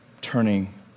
turning